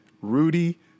Rudy